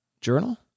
journal